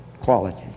quality